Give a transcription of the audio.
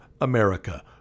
America